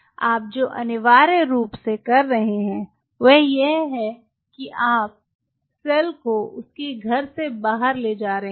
आप जो अनिवार्य रूप से कर रहे हैं वह यह है कि आप सेल को उसके घर से बाहर ले जा रहे हैं